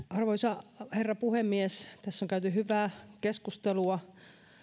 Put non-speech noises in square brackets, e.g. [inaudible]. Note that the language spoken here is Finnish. [unintelligible] arvoisa herra puhemies tässä on käyty hyvää keskustelua